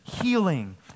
healing